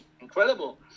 incredible